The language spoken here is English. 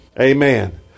Amen